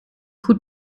goed